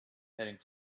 heading